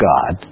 God